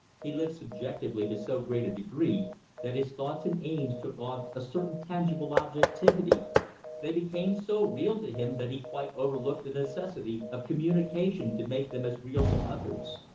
he lived subjectively to so great a degree that his thoughts and aims took on a certain tangible objectivity they became so real to him that he quite overlooked the necessity of communication to make them as real to others.